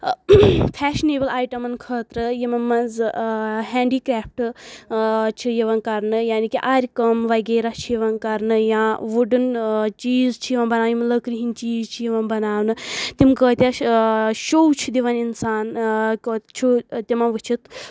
fashionable ایٹمن خٲطرٕ یمو منٛز ہینڈی کرافٹہٕ چھِ یوان کرنہٕ یعنی کہِ آرِ کٲم وغیرہ چھِ یوان کرنہٕ یا وُڈٕنۍ چیٖز چھِ یوان بناونہٕ یم لٔکرِ ہنٛدۍ چیٖز چھِ یوان بناونہٕ تم کۭتیاہ چھِ شو دِوان انسان چھُ تمو وُچتھ